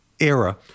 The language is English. era